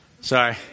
Sorry